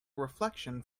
reflection